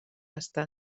està